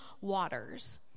waters